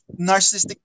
narcissistic